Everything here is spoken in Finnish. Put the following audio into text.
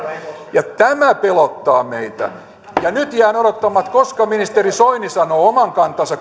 ja tämä pelottaa meitä nyt jään odottamaan koska ministeri soini sanoo oman kantansa